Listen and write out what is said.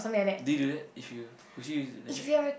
do you do that if you if does he use like that